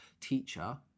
teacher